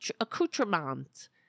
accoutrement